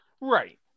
Right